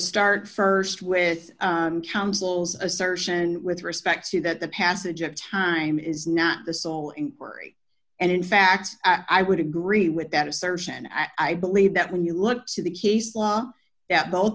st with counsel's assertion with respect to that the passage of time is not the sole inquiry and in fact i would agree with that assertion i believe that when you look to the case law that both